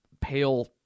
pale